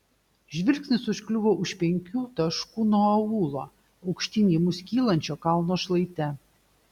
žvilgsnis užkliuvo už penkių taškų nuo aūlo aukštyn į mus kylančio kalno šlaite